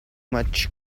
much